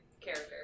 character